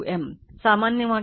ಸಾಮಾನ್ಯವಾಗಿ ಇದು L1 2 M